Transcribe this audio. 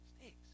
Sticks